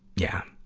yeah.